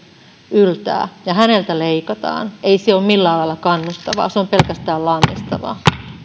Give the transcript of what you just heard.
yltää ja häneltä leikataan ei se ole millään lailla kannustavaa se on pelkästään lannistavaa